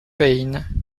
pain